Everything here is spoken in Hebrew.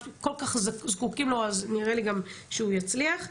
כל כך זקוקים לו אז נראה לי גם שהוא יצליח,